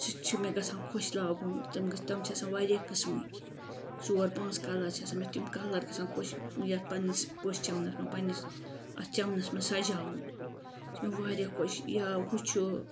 سُہ تہِ چھُ مےٚ گَژھان خۄش لاگُن تَم گٔژھ تَم چھِ آسان واریاہ قٕسمٕکۍ ژور پانژھ کَلرٕک چھِ آسان مےٚ چھِ تِم کَلَر گَژھان خۄش یَتھ پَننِس پوشہِ چمنَس منٛز پَننِس اَتھ چمنَس منٛز سَجاوُن یہِ چھُ مےٚ واریاہ خۄش یا ہُہ چھُ